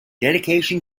dedication